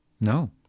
no